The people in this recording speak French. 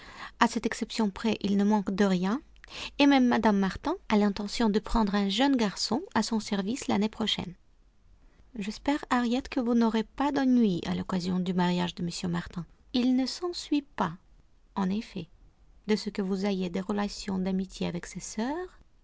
à cette exception près ils ne manquent de rien et même mme martin a l'intention de prendre un jeune garçon à son service l'année prochaine j'espère harriet que vous n'aurez pas d'ennuis à l'occasion du mariage de m martin il ne s'ensuit pas en effet de ce que vous ayez des relations d'amitié avec ses sœurs